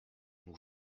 nous